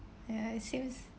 ya it seems